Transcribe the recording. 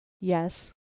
Yes